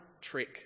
trick